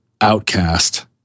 outcast